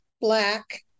black